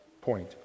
point